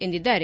ಎಂದಿದ್ದಾರೆ